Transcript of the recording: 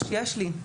יש לי.